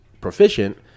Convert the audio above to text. proficient